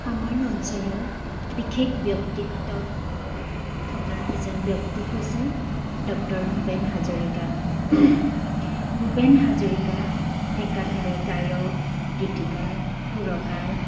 আমাৰ অঞ্চলৰ বিশেষ ব্যক্তিত্ব থকা এজন ব্যক্তি হৈছে ডক্টৰ ভূপেন হাজৰিকা ভূপেন হাজৰিকা একাধাৰে গায়ক গীতিকাৰ সুৰকাৰ